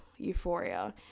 euphoria